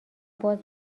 باز